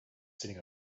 sitting